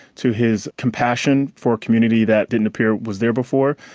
to his compassion for a community that didn't appear was there before.